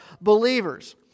believers